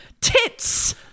tits